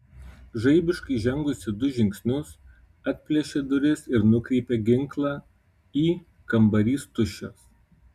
žaibiškai žengusi du žingsnius atplėšė duris ir nukreipė ginklą į kambarys tuščias